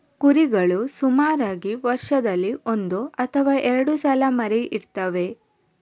ಕುರಿಗಳು ಸುಮಾರಾಗಿ ವರ್ಷದಲ್ಲಿ ಒಂದು ಅಥವಾ ಎರಡು ಸಲ ಮರಿ ಇಡ್ತವೆ